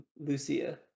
Lucia